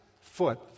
foot